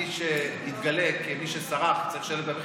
מי שהתגלה כמי שסרח צריך לשלם את המחיר.